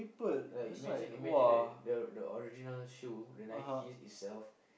like imagine imagine the the original shoe the Nikes itself